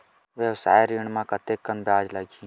व्यवसाय ऋण म कतेकन ब्याज लगही?